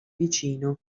vicino